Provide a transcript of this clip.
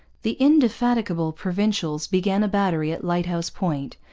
the indefatigable provincials began a battery at lighthouse point,